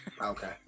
Okay